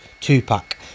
Tupac